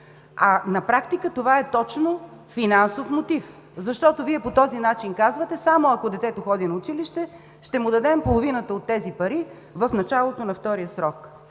а на практика това е точно финансов мотив, защото по този начин Вие казвате: само ако детето ходи на училище, ще му дадем половината от тези пари в началото на втория срок.